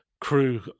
crew